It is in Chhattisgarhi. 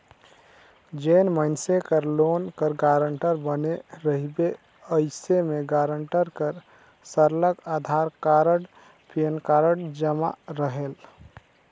जेन मइनसे कर लोन कर गारंटर बने रहिबे अइसे में गारंटर कर सरलग अधार कारड, पेन कारड जमा रहेल